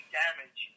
damage